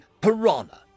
piranha